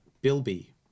Bilby